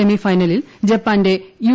സെമിഫൈനലിൽ ജപ്പാന്റെ യു